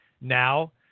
now